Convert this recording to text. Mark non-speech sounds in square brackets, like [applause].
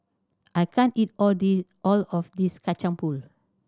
I can't eat all [unintelligible] all of this Kacang Pool